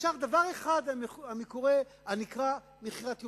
נשאר דבר אחד, הנקרא מכירת יובל,